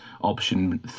option